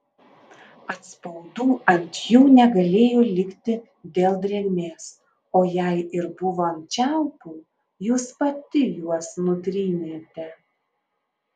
atspaudų ant jų negalėjo likti dėl drėgmės o jei ir buvo ant čiaupų jūs pati juos nutrynėte